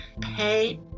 pay